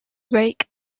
rake